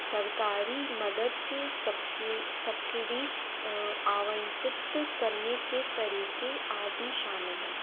सरकारी मदद सब्सी सब्सिडी आवंटित करने के तरीक़े आदी शामिल हैं